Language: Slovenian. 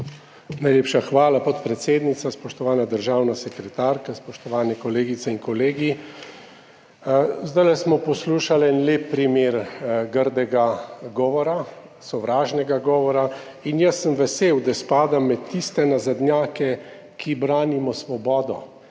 Najlepša hvala, podpredsednica. Spoštovana državna sekretarka, spoštovane kolegice in kolegi! Zdaj smo poslušali en lep primer grdega govora, sovražnega govora in jaz sem vesel, da spadam med tiste nazadnjake, ki branimo svobodo,